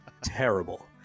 terrible